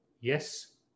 yes